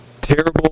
terrible